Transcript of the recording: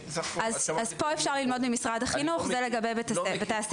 אז פה אפשר ללמוד ממשרד החינוך, זה לגבי בתי הספר.